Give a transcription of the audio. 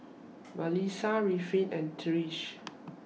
Mellisa Ruffin and Trish